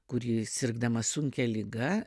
kuri sirgdamas sunkia liga